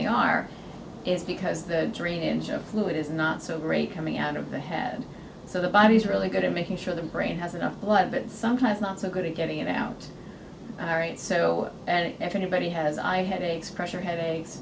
they are is because the dream engine of fluid is not so great coming out of the head so the body is really good at making sure the brain has enough blood but sometimes not so good at getting it out all right so if anybody has i had a expression headache